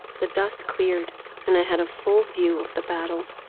the dust cleared and i had a full view of the battle.